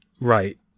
Right